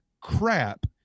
crap